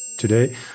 Today